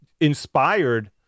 inspired